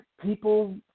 people